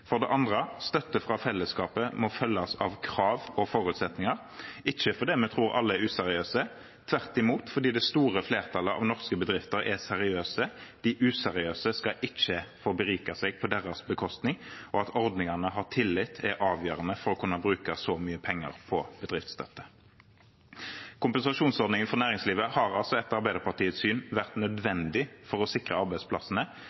For det andre: Støtte fra fellesskapet må følges av krav og forutsetninger, ikke fordi vi tror at alle er useriøse, men tvert imot fordi det store flertallet av norske bedrifter er seriøse, og de useriøse skal ikke få berike seg på deres bekostning. Og at ordningene har tillit, er avgjørende for å kunne bruke så mye penger på bedriftsstøtte. Kompensasjonsordningen for næringslivet har etter Arbeiderpartiets syn vært